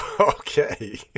Okay